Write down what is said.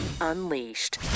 Unleashed